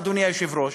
אדוני היושב-ראש,